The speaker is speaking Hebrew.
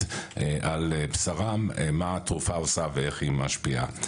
על בשרם מה התרופה עושה ואיך היא משפיעה.